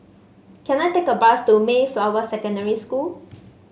can I take a bus to Mayflower Secondary School